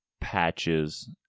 patches